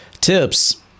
tips